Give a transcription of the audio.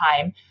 time